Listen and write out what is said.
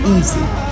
easy